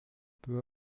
peu